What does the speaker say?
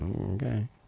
Okay